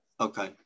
Okay